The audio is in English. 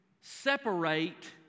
separate